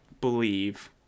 believe